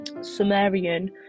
sumerian